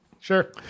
Sure